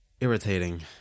Irritating